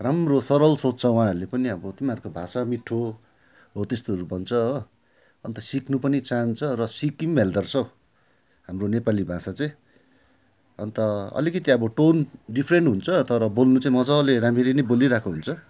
राम्रो सरल सोच्छ उहाँहरूले पनि अब तिमीहरूको भाषा मिठो हो त्यस्तोहरू भन्छ अन्त सिक्नु पनि चाहन्छ र सिकिँ पनि हेल्दा रहेछ हौ हाम्रो नेपाली भाषा चाहिँ अन्त अलिकति अब टोन डिफ्रेन्ट हुन्छ तर बोल्नु चाहिँ मजाले राम्ररी नै बोली रहेको हुन्छ